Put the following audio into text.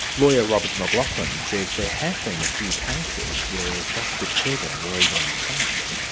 lawyer robert mclachlan says there have been a few cases where fostered children were even unsafe.